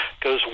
goes